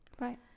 Right